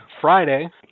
Friday